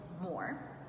more